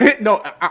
No